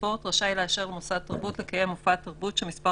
והספורט רשאי לאשר למוסד תרבות לקיים מופע תרבות שמספר